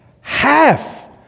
half